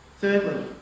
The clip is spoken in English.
thirdly